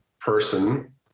person